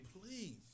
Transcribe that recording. please